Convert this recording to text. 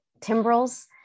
timbrels